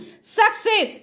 Success